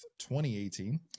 2018